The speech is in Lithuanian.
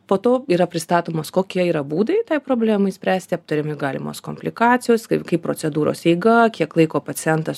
po to yra pristatomos kokie yra būdai problemai spręsti aptariami galimos komplikacijos kaip kaip procedūros eiga kiek laiko pacientas